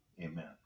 amen